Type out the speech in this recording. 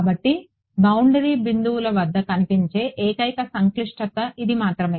కాబట్టి బౌండరీ బిందువుల వద్ద కనిపించే ఏకైక సంక్లిష్టత ఇది మాత్రమే